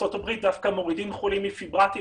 בארצות הברית דווקא מורידים חולים מפיברטים,